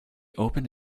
opened